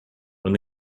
when